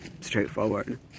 straightforward